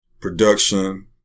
production